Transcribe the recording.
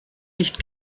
nicht